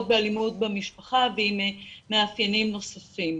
באלימות במשפחה ועם מאפיינים נוספים.